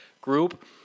group